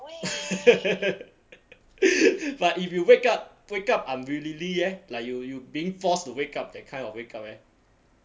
but if you wake up wake up unwillingly eh like you you being forced to wake up that kind of wake up eh